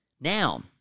Now